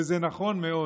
וזה נכון מאוד.